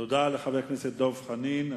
תודה לחבר הכנסת דב חנין.